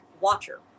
Watcher